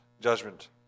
judgment